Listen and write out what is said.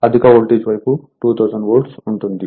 అధిక వోల్టేజ్ వైపు 2000 వోల్ట్ ఉంటుంది